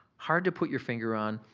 hard to put your finger on,